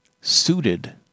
suited